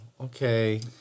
Okay